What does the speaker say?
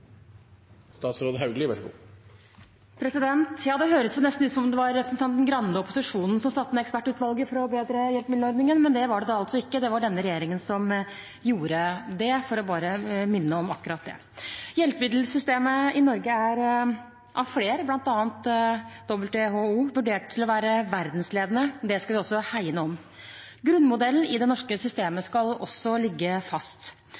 Det høres nesten ut som om det var representanten Grande og opposisjonen som satte ned ekspertutvalget for å forbedre hjelpemiddelordningen, men det var det altså ikke, det var denne regjeringen som gjorde det – bare for å minne om akkurat det. Hjelpemiddelsystemet i Norge er av flere, bl.a. WHO, vurdert å være verdensledende. Det skal vi også hegne om. Grunnmodellen i det norske systemet skal ligge fast.